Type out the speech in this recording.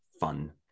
fun